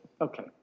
Okay